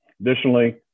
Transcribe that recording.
Additionally